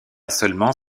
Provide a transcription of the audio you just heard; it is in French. seulement